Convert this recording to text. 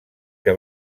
que